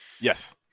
Yes